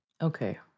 Okay